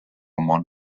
món